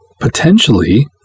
potentially